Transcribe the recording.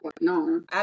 No